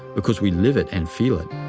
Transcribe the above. because we live it and feel it.